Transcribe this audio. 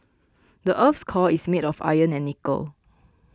the earth's core is made of iron and nickel